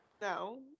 No